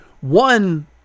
One